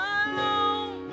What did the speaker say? alone